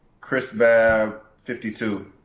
ChrisBab52